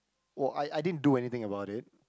oh I I didn't do anything about it